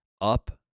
up